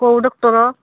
କେଉଁ ଡକ୍ଟର